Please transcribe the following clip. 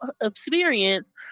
experience